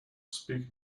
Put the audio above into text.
speak